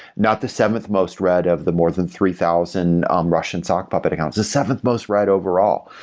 not the seventh most read of the more than three thousand um russian sock puppet accounts, the seventh most read overall.